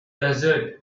desert